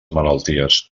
malalties